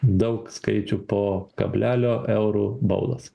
daug skaičių po kablelio eurų baudos